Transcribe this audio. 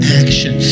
action